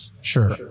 Sure